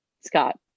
Scott